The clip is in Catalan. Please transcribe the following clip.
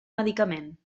medicament